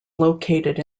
located